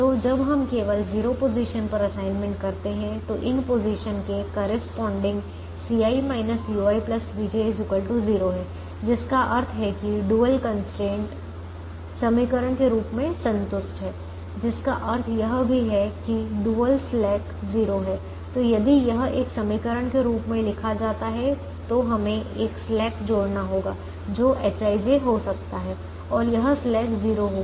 तो जब हम केवल 0 पोजीशन पर असाइनमेंट करते हैं तो इन पोजीशन के करेस्पॉन्डिंग Cij ui vj 0 है जिसका अर्थ है कि डुअल कंस्ट्रेंट समीकरण के रूप में संतुष्ट है जिसका अर्थ यह भी है कि डुअल स्लैक 0 है तो यदि यह एक समीकरण के रूप में लिखा जाता है तो हमें एक स्लैक जोड़ना होगा जो Hij हो सकता है और यह स्लैक 0 होगा